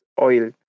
oil